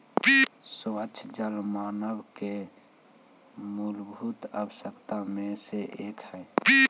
स्वच्छ जल मानव के मूलभूत आवश्यकता में से एक हई